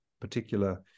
particular